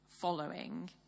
following